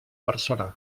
persona